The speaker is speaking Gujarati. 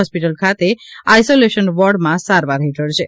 હોસ્પીટલ ખાતે આઈસોલેશન વોર્ડમા સારવાર હેઠળ છે